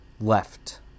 left